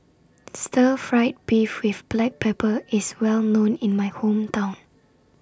Stir Fried Beef with Black Pepper IS Well known in My Hometown